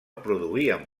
produïen